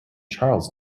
charles